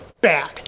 Bad